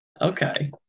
Okay